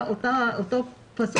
אולי יש טעם